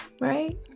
Right